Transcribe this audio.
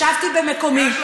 ישבתי במקומי,